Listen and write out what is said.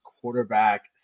quarterback